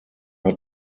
are